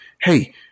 hey